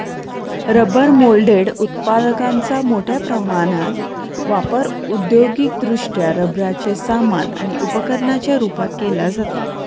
rubber moulded उत्पादकांचा मोठ्या प्रमाणात वापर औद्योगिकदृष्ट्या रबराचे सामान आणि उपकरणांच्या रूपात केला जातो